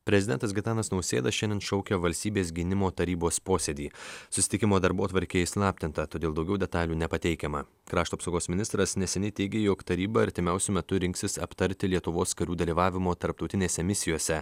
prezidentas gitanas nausėda šiandien šaukia valstybės gynimo tarybos posėdį susitikimo darbotvarkė įslaptinta todėl daugiau detalių nepateikiama krašto apsaugos ministras neseniai teigė jog taryba artimiausiu metu rinksis aptarti lietuvos karių dalyvavimo tarptautinėse misijose